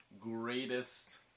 greatest